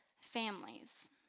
families